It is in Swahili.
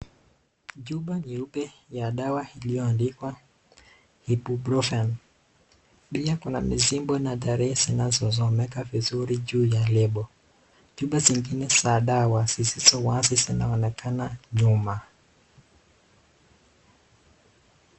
Chupa nyeupe ya dawa iliyoandikwa Ibuprofen pia kuna mizimbo na tarehe zinazosomeka vizuri juu ya lebo. Chupa zingine za dawa zisizo wazi zinaonekana nyuma.